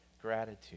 gratitude